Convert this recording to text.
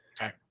Okay